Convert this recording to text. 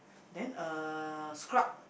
then uh scrub